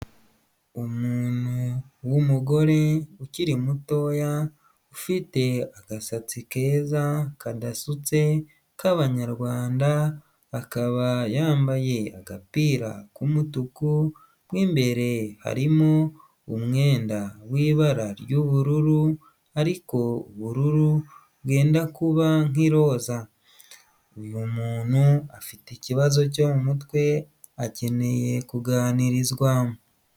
Umuntu w'umugore ukiri mutoya, ufite agasatsi keza kadasutse k'abanyarwanda, akaba yambaye agapira k'umutuku, mo imbere harimo umwenda w'ibara ry'ubururu, ariko ubururu bwenda kuba nk'iroza, uyu muntu afite ikibazo cyo mu mutwe, akeneye kuganirizwa.